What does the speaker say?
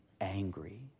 angry